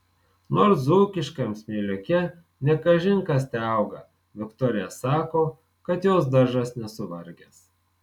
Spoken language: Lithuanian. nors dzūkiškam smėliuke ne kažin kas teauga viktorija sako kad jos daržas nesuvargęs